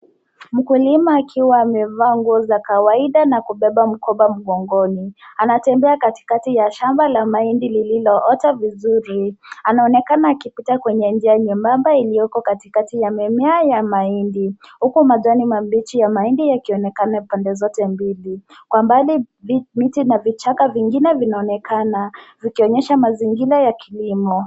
Mkulima akiwa amevaa nguo za kawaida na kubeba mkoba mgongoni anatembea katika shamba la mahindi lililoota vizuri. Anaonekana akipita kwenye njia nyembamba iliyoko katikati ya mimea ya mahindi huku majani mabichi ya mahindi yakionekana pande zote mbili. Kwa mbali miti na vichaka vingine vinaonekana vikionyesha mazingira ya kilimo.